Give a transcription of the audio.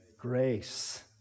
grace